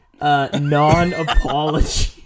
non-apology